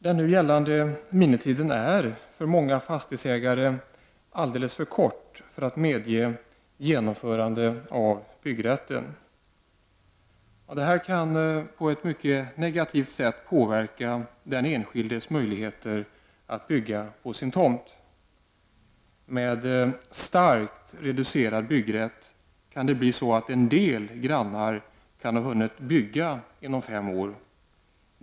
Den nu gällande minimitiden är för många fastighetsägare alldeles för kort för att medge genomförande av byggrätten. Det här kan på ett mycket negativt sätt påverka den enskildes möjligheter att bygga på sin tomt. Med starkt reducerad byggrätt kan det bli så att en del grannar kan ha hunnit bygga inom fem år.